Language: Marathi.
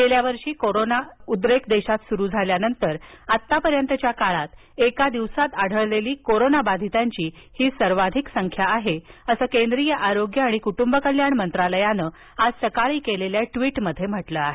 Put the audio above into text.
गेल्या वर्षी कोरोना देशात उद्रेक सुरु झाल्यानंतर आत्तापर्यंतच्या काळात एका दिवसात आढळलेली कोरोनाबाधीतांची ही सर्वाधिक संख्या आहे असं केंद्रीय आरोग्य आणि कुटुंबकल्याण मंत्रालयानं आज सकाळी केलेल्या ट्वीटमध्ये म्हटलं आहे